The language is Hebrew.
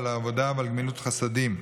על העבודה ועל גמילות חסדים".